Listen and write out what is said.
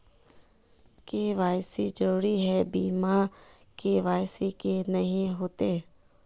KYC जरुरी है बिना के.वाई.सी के नहीं होते?